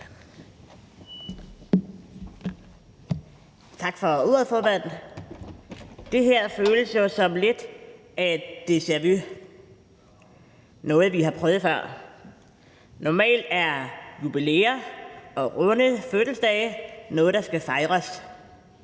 Tak for ordet, formand. Det her føles jo som lidt af et deja-vu, altså noget, vi har prøvet før. Normalt er jubilæer og runde fødselsdage noget, der skal fejres.